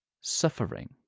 suffering